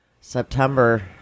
September